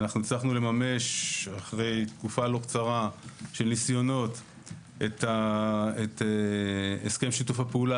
הצלחנו לממש אחרי תקופה לא קצרה של ניסיונות את הסכם שיתוף הפעולה